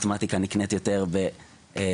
מתמטיקה ניכרת יותר בכתיבה,